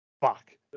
Fuck